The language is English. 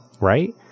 right